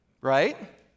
Right